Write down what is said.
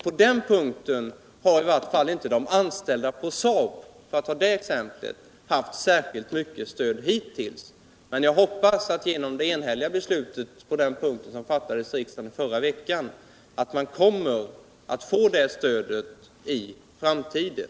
På den punkten har i varje fall inte de anställda hos Saab — för att ta det exemplet — haft särskilt mycket stöd hittills, men jag hoppas att de genom det enhälliga beslut på den punkten som fattades förra veckan kommer att få det stödet i framtiden.